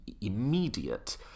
immediate